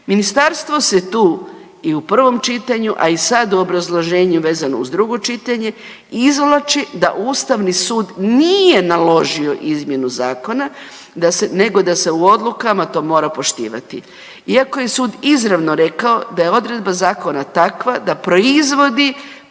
Ministarstvo se tu i u prvom čitanju, a i sad u obrazloženju vezano uz drugo čitanje izvlači da ustavni sud nije naložio izmjenu zakona nego da se u odlukama to mora poštivati iako je sud izravno rekao da je odredba zakona takva da proizvodi protuustavne